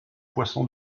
poissons